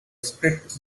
strict